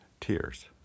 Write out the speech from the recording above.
tears